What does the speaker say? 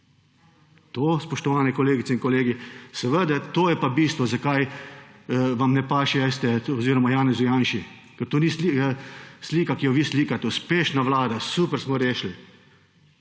To spoštovane kolegice in kolegi, seveda to je pa bistvo zakaj vam ne paše STA oziroma Janezu Janši, ker to ni slika, ki jo vi slikate. Uspešna vlada, super smo rešili.